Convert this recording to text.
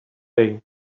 day